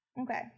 Okay